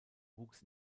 wuchs